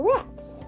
Rats